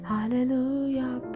Hallelujah